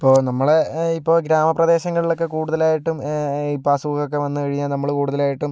ഇപ്പോൾ നമ്മളെ ഇപ്പോൾ ഗ്രാമപ്രദേശങ്ങളിൽ ഒക്കെ കൂടുതലായിട്ടും ഇപ്പോൾ അസുഖമൊക്കെ വന്നു കഴിഞ്ഞാൽ നമ്മള് കൂടുതലായിട്ടും